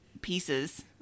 pieces